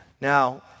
Now